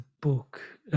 book